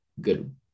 good